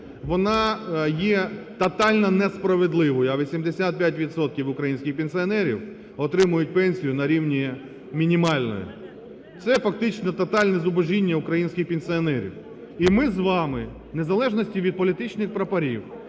вона є тотально несправедливою, а 85 відсотків отримують пенсію на рівні мінімальної, це фактично тотальне зубожіння українських пенсіонерів. І ми з вами в незалежності від політичних прапорів